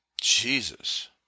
Jesus